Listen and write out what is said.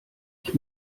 ich